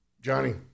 Johnny